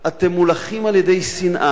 אתם מולכים על-ידי שנאה,